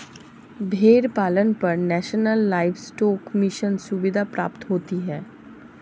भेड़ पालन पर नेशनल लाइवस्टोक मिशन सुविधा प्राप्त होती है